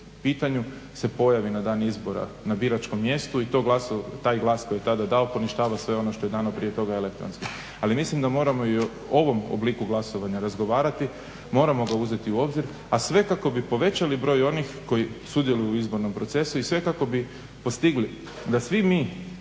se pojavi na dan izbora na biračko mjesto i taj glas koji je tada dao poništava sve ono što je dano prije toga elektronski. Ali mislim da moramo i o ovom obliku glasovanja razgovarati moramo ga uzeti u obzir a sve kako bi povećali broj onih koji sudjeluju u izbornom procesu i sve kako bi postigli da svi mi